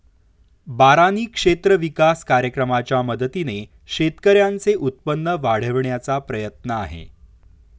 बारानी क्षेत्र विकास कार्यक्रमाच्या मदतीने शेतकऱ्यांचे उत्पन्न वाढविण्याचा प्रयत्न आहे